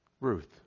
Ruth